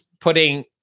putting